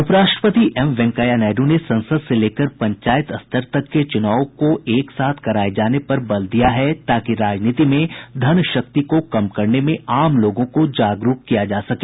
उपराष्ट्रपति एम वेंकैया नायड् ने संसद से लेकर पंचायत स्तर तक के चूनावों को एक साथ कराये जाने पर बल दिया है ताकि राजनीति में धन शक्ति को कम करने में आम लोगों को जागरूक किया जा सके